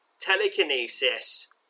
telekinesis